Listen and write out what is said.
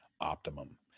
optimum